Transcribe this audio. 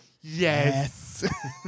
Yes